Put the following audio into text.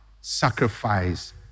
sacrifice